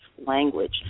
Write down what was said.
language